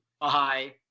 Bye